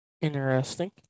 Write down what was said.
Interesting